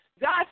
God